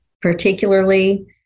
particularly